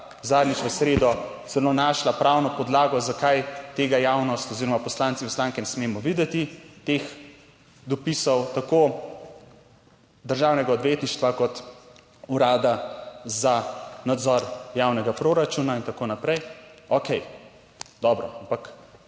zadnjič v sredo celo našla pravno podlago, zakaj tega javnost oziroma poslanci, poslanke ne smemo videti, teh dopisov, tako državnega odvetništva kot Urada za nadzor javnega proračuna in tako naprej. Okej, dobro, ampak